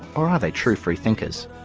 or are they true free thinkers?